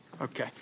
Okay